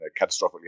catastrophically